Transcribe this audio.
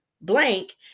blank